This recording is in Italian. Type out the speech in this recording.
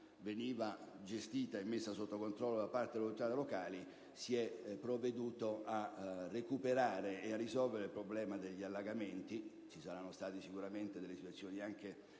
veniva gestita e messa sotto controllo da parte delle autorità locali, si è provveduto a recuperare e a risolvere il problema degli allagamenti. Ci saranno state sicuramente delle situazioni di